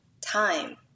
time